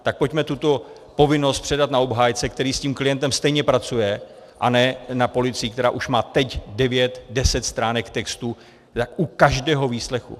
Tak pojďme tuto povinnost předat na obhájce, který s tím klientem stejně pracuje, a ne na policii, která už má teď 9, 10 stránek textu u každého výslechu.